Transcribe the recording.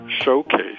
showcase